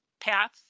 path